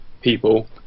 people